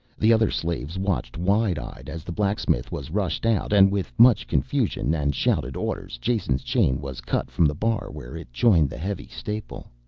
the other slaves watched wide-eyed as the blacksmith was rushed out, and with much confusion and shouted orders jason's chain was cut from the bar where it joined the heavy staple.